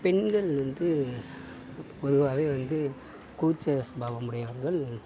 பெண்கள் வந்து பொதுவாகவே வந்து கூச்ச சுபாவம் உடையவர்கள்